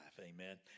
amen